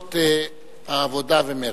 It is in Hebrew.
סיעות העבודה ומרצ.